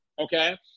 Okay